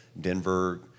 Denver